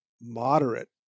moderate